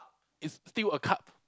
it's still a card